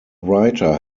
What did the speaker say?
writer